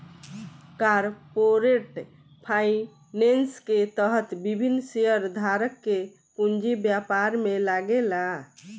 corporate finance के तहत विभिन्न शेयरधारक के पूंजी व्यापार में लागेला